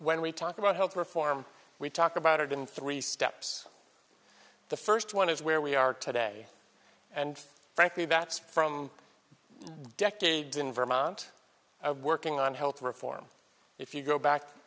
when we talk about health reform we talk about it in three steps the first one is where we are today and frankly that's from decades in vermont are working on health reform if you go back